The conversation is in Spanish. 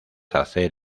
hacer